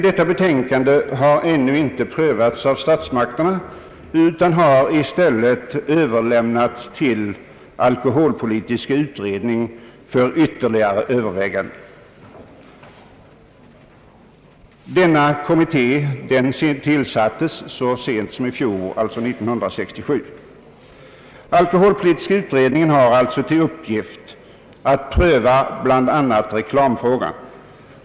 Detta betänkande har ännu inte prövats av statsmakterna, utan har överlämnats till alkoholpolitiska utredningen för ytterligare överväganden. Denna kommitté tillsattes så sent som 1967. Alkoholpolitiska utredningen har till uppgift att pröva bland annat reklamfrågan.